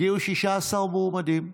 הגיעו 16 מועמדים,